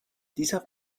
dieser